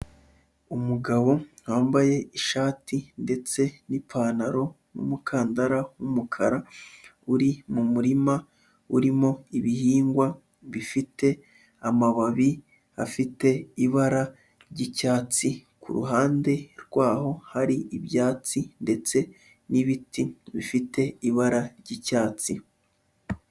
Umugabo wambaye ishati ndetse n'ipantaro n'umukandara w'umukara, uri mu murima urimo ibihingwa bifite amababi afite ibara ry'icyatsi. Ku ruhande rwaho hari ibyatsi ndetse n'ibiti bifite ibara ry'icyatsi.